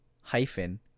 hyphen